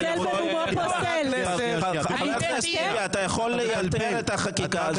לימור סון הר מלך (עוצמה יהודית): הפוסל במומו פוסל.